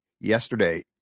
yesterday